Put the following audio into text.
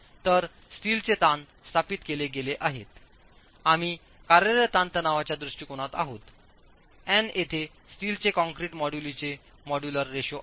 तर स्टीलचे ताण स्थापित केले गेले आहेत आम्ही कार्यरत ताणतणावाच्या दृष्टिकोनात आहोत n येथे स्टीलचे कॉंक्रीट मोडुलीचे मॉड्यूलर रेशो आहे